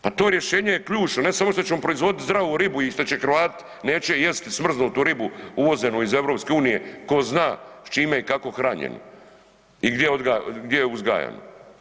Pa to rješenje je ključno, ne samo što ćemo proizvoditi zdravu ribu i što će Hrvati neće jesti smrznutu ribu uvozenu iz EU tko zna s čime i kako hranjeno i gdje je uzgajano.